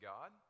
God